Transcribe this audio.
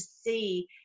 see